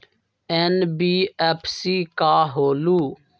NBFC का होलहु?